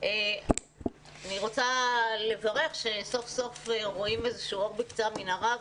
אני רוצה לברך שסוף-סוף רואים איזשהו אור בקצה המנהרה,